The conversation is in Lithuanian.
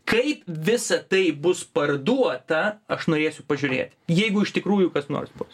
kaip visa tai bus parduota aš norėsiu pažiūrėti jeigu iš tikrųjų kas nors bus